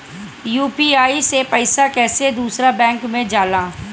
UPI से पैसा कैसे दूसरा बैंक मे जाला?